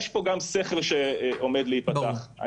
יש כאן סכר שעומד להיפתח.